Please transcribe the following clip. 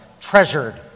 treasured